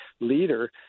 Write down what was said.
leader